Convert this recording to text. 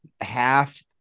half